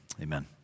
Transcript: amen